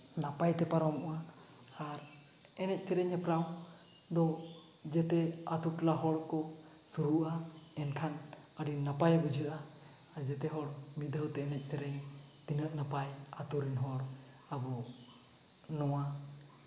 ᱱᱟᱯᱟᱭᱛᱮ ᱯᱟᱨᱚᱢᱜᱼᱟ ᱟᱨ ᱮᱱᱮᱡ ᱥᱮᱨᱮᱧ ᱦᱮᱯᱨᱟᱣ ᱫᱚ ᱡᱮᱛᱮ ᱟᱛᱳ ᱴᱚᱞᱟ ᱦᱚᱲ ᱠᱚ ᱥᱩᱨᱩᱜᱼᱟ ᱮᱱᱠᱷᱟᱱ ᱟᱹᱰᱤ ᱱᱟᱯᱟᱭ ᱵᱩᱡᱷᱟᱹᱜᱼᱟ ᱟᱨ ᱡᱮᱛᱮ ᱦᱚᱲ ᱢᱤᱫ ᱫᱷᱟᱹᱣᱛᱮ ᱮᱱᱮᱡ ᱥᱮᱨᱮᱧ ᱛᱤᱱᱟᱹᱜ ᱱᱟᱯᱟᱭ ᱟᱛᱳ ᱨᱮᱱ ᱦᱚᱲ ᱟᱵᱚ ᱱᱚᱣᱟ